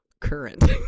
current